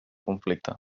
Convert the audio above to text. conflicte